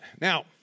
Now